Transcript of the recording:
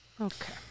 Okay